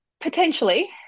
Potentially